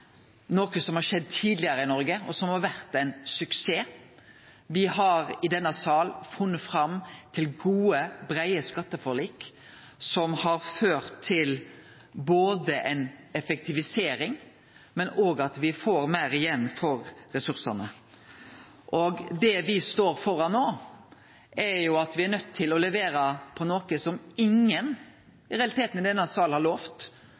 noko som har skjedd tidlegare i Noreg, og som har vore ein suksess. Me har i denne sal funne fram til gode, breie skatteforlik som både har ført til ei effektivisering og til at me får meir igjen for ressursane. Det me står framfor no, er at me er nøydde til å levere på noko som ingen i realiteten i denne sal har lovt.